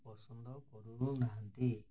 ପସନ୍ଦ କରୁନାହାନ୍ତି